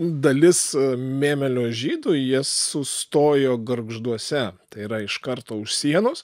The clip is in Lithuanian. dalis mėmelio žydų jie sustojo gargžduose tai yra iš karto už sienos